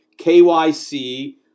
KYC